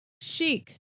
Chic